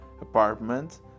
apartment